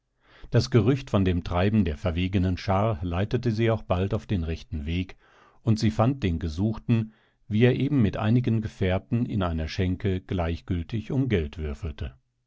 das gerücht von dem treiben der verwegenen schar leitete sie auch bald auf den rechten weg und sie fand den gesuchen wie er eben mit einigen gefährten in einer schenke gleichgültig um geld würfelte